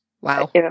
Wow